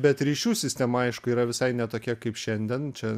bet ryšių sistema aišku yra visai ne tokia kaip šiandien čia